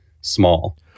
small